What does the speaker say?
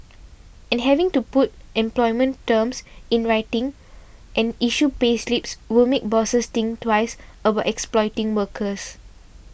and having to put employment terms in writing and issue payslips will make bosses think twice about exploiting workers